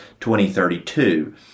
2032